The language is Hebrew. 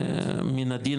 הם לא מגיעים לאף ישיבה.